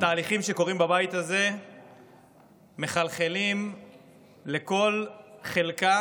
התהליכים שקורים בבית הזה מחלחלים לכל חלקה,